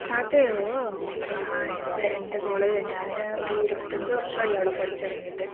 അതെയോ ആഹാ എൻ്റെ എൻ്റെ കോളേജാണ് ഞാൻ ഒരു ഇരുപത്തഞ്ച് വർഷമായി അവിടെ പഠിച്ചിറങ്ങിയിട്ട്